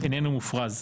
איננו מופרז.